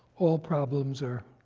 all problems are